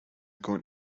going